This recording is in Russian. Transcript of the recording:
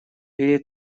или